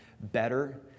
better